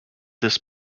this